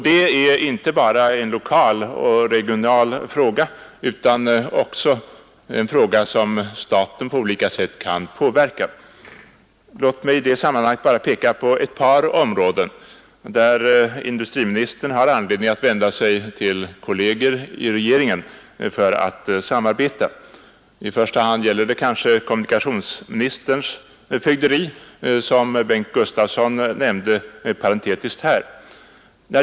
Detta är inte bara en lokal och regional fråga utan också en fråga som staten kan påverka på olika sätt. Låt mig i sammanhanget bara peka på ett par områden, där industriministern har anledning att vända sig till sina kolleger i regeringen för ett samarbete. I första hand gäller det kanske kommunikationsministerns fögderi, som Bengt Gustavsson i Eskilstuna parentetiskt nämnde.